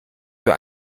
für